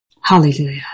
Hallelujah